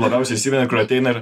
labiausiai įsimena kur ateina ir